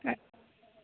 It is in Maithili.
अ